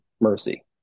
mercy